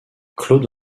claude